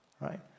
right